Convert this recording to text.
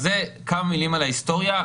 אלה כמה מילים על ההיסטוריה.